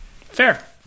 Fair